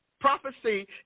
Prophecy